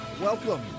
Welcome